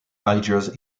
algiers